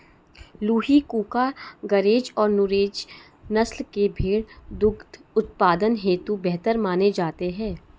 लूही, कूका, गरेज और नुरेज नस्ल के भेंड़ दुग्ध उत्पादन हेतु बेहतर माने जाते हैं